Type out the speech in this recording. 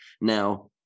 now